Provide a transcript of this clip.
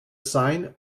sign